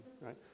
right